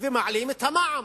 ומעלים את המע"מ.